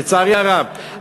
לצערי הרב,